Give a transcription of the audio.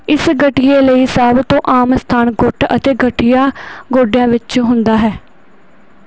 ਇਸ ਗਠੀਏ ਲਈ ਸਭ ਤੋਂ ਆਮ ਸਥਾਨ ਗੁੱਟ ਅਤੇ ਗਠੀਆ ਗੋਡਿਆਂ ਵਿੱਚ ਹੁੰਦਾ ਹੈ